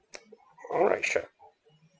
alright sure